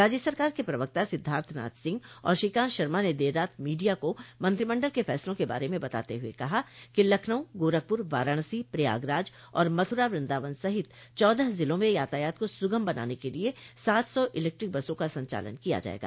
राज्य सरकार के प्रवक्ता सिद्धार्थ नाथ सिंह और श्रीकान्त शर्मा ने देर रात मीडिया को मंत्रिमंडल के फैसलों के बारे में बताते हुए कहा कि लखनऊ गोरखपुर वाराणसी प्रयागराज और मथुरा वृन्दावन सहित चौदह जिलों में यातायात को सुगम बनाने के लिये सात सौ इलेक्ट्रिक बसों का संचालन किया जायेगा